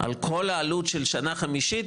על כל העלות של שנה חמישית